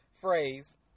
phrase